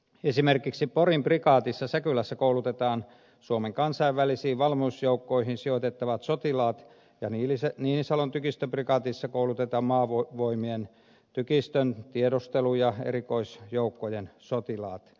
esimerkiksi porin prikaatissa säkylässä koulutetaan suomen kansainvälisiin valmiusjoukkoihin sijoitettavat sotilaat ja niinisalon tykistöprikaatissa koulutetaan maavoimien tykistön tiedustelu ja erikoisjoukkojen sotilaat